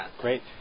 Great